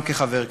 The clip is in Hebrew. גם כחבר הכנסת.